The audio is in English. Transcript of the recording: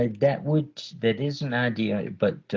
ah that would. that is an idea but